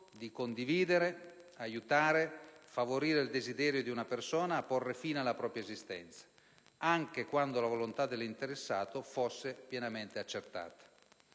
di condividere, aiutare o favorire il desiderio di una persona a porre fine alla propria esistenza, anche quando la volontà dell'interessato fosse pienamente accertata.